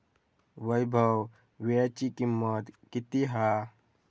वैभव वीळ्याची किंमत किती हा?